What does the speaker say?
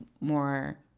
more